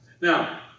Now